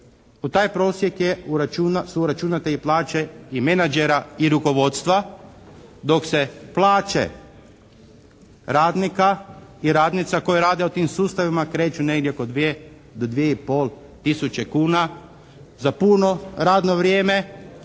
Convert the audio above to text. U taj prosjek su uračunate i plaće i menadžera i rukovodstva dok se plaće radnika i radnica koje rade u tim sustavima kreću negdje oko 2 do 2 i pol tisuće kuna za puno radno vrijeme,